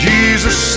Jesus